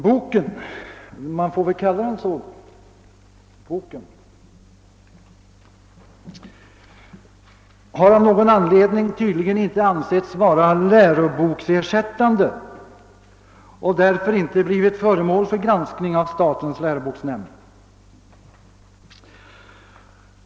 Boken — man får väl kalla den så — har av någon anledning tydligen inte ansetts vara läroboksersättande och därför inte blivit föremål för granskning av statens läroboksnämnd.